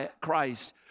Christ